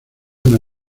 una